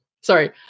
Sorry